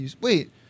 Wait